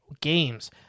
games